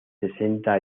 sesenta